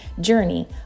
Journey